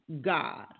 God